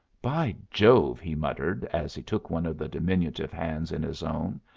by jove! he muttered, as he took one of the diminutive hands in his own.